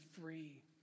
free